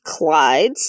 Clydes